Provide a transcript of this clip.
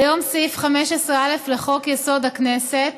כיום סעיף 15(א) לחוק-יסוד: הכנסת